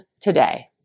today